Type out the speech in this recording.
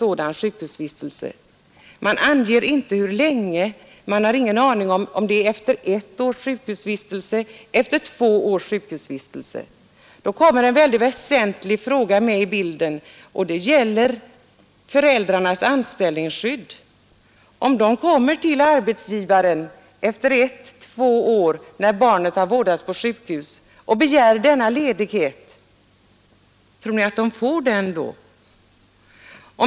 Man om barnet efter en sådan sjukhusvistelse har ingen aning om huruvida det gäller ett års eller två års sjukhusvistelse. Då kommer en mycket väsentlig fråga med i bilden, nämligen föräldrarnas anställningsskydd. Om de kommer till arbetsgivaren efter ett eller två år, när barnet har vårdats på sjukhus, och begär denna ledighet — tror ni att de får den då?